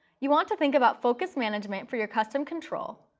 you want to think about focus management for your custom control,